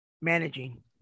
managing